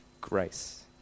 grace